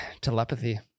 Telepathy